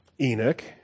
Enoch